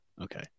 Okay